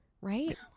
Right